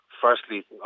firstly